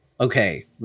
okay